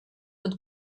und